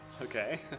Okay